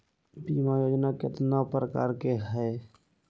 बीमा योजना केतना प्रकार के हई हई?